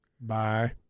Bye